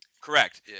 Correct